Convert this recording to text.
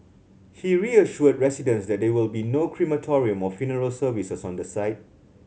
he reassured residents that there will be no crematorium or funeral services on the site